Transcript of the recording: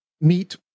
meet